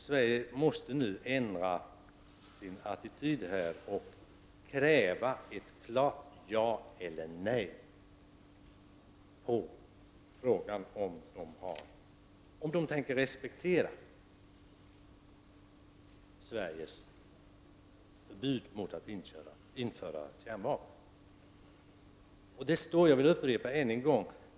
Sverige måste nu ändra sin attityd och kräva ett klart ja eller nej på frågan om kärnvapenmakterna tänker respektera förbudet mot att införa kärnvapen i Sverige.